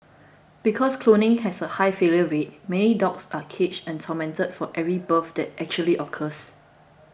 because cloning has a high failure rate many dogs are caged and tormented for every birth that actually occurs